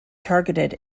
targeted